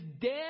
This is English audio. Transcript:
dead